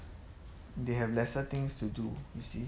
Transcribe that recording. they have lesser things to do you see